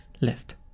left